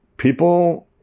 People